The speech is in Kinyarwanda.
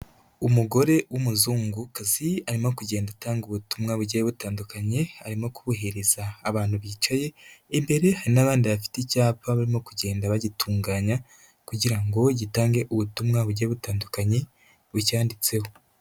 Umugore w'umuzungukazi, arimo kugenda atanga ubutumwa bugiye butandukanye, arimo kobuhereza abantu bicaye, imbere hari n'abandi bafite icyapa barimo kugenda bagitunganya, kugira ngo gitange ubutumwa bugiye butandukanye, bucyanditseho.